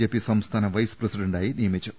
JP സംസ്ഥാന vice പ്രസിഡന്റായി നിയമിച്ചു